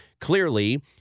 Clearly